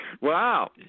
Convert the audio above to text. Wow